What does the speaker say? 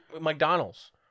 McDonald's